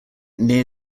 near